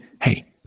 hey